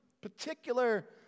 particular